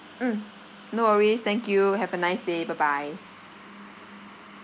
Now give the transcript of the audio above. mm no worries thank you have a nice day bye bye